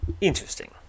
interesting